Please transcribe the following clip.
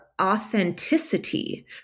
authenticity